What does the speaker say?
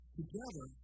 together